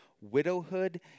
widowhood